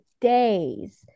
days